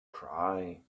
cry